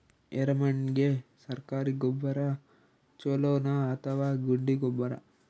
ಎರೆಮಣ್ ಗೆ ಸರ್ಕಾರಿ ಗೊಬ್ಬರ ಛೂಲೊ ನಾ ಅಥವಾ ಗುಂಡಿ ಗೊಬ್ಬರ?